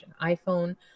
iPhone